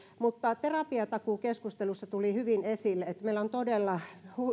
terapiatakuukeskustelussa tuli hyvin esille että meillä on todella